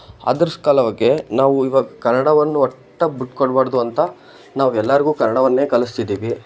ಅದರ ಕಾಲವಾಗೇ ನಾವು ಇವಾಗ ಕನ್ನಡವನ್ನು ಒಟ್ಟು ಬಿಟ್ಕೊಡಬಾರ್ದು ಅಂತ ನಾವೆಲ್ಲಾರಿಗೂ ಕನ್ನಡವನ್ನೇ ಕಲ್ಸಿದೀವಿ